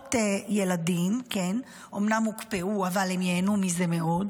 קצבאות ילדים אמנם הוקפאו אבל הם ייהנו מזה מאוד,